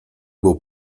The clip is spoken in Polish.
był